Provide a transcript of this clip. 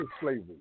slavery